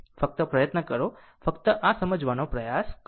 ફક્ત પ્રયત્ન કરો ફક્ત આ સમજવાનો પ્રયાસ કરો